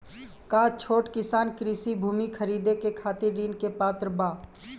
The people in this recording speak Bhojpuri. का छोट किसान कृषि भूमि खरीदे के खातिर ऋण के पात्र बा?